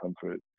comfort